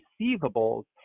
receivables